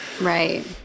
Right